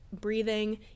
breathing